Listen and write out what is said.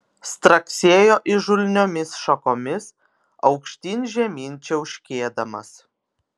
straksėjo įžulniomis šakomis aukštyn žemyn čiauškėdamas